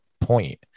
Point